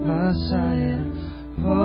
Messiah